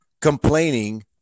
complaining